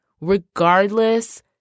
regardless